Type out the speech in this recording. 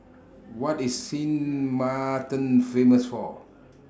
What IS Sint Maarten Famous For